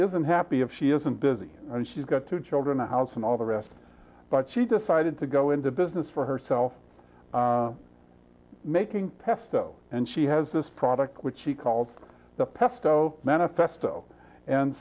isn't happy if she isn't busy and she's got two children a house and all the rest but she decided to go into business for herself making pesto and she has this product which she calls the pesto manifesto and